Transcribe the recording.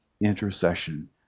intercession